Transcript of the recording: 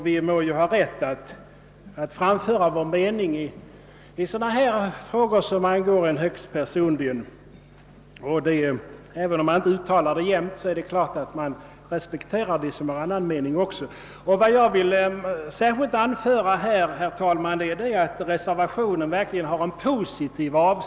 Vi bör ju ha rätt att framföra vår mening även i frågor som angår oss högst personligen. Om man inte jämt säger det, respekterar man naturligtvis likväl dem som har andra åsikter. Reservationen har verkligen en positiv avsikt.